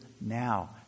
now